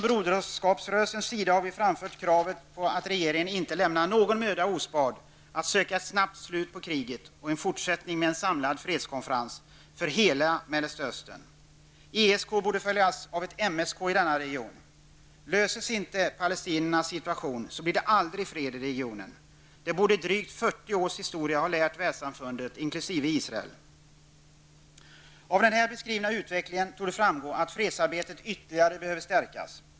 Broderskapsrörelsen har framfört kravet på att regeringen inte skall lämna någon möda spard när det gäller att söka ett snabbt slut på kriget samt en fortsättning med en samlad fredskonferens för hela Mellersta Östern. ESK borde följas av MSK i denna region. Får vi inte en lösning på palestiniernas situation blir det aldrig fred i regionen. Det borde drygt 40 års historia ha lärt Världssamfundet, inkl. Israel. Av den beskrivning som görs här av utvecklingen torde framgå att fredsarbetet ytterligare behöver stärkas.